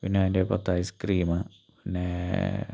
പിന്നെ അതിൻ്റെ പത്ത് ഐസ്ക്രീമ് പിന്നെ